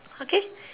okay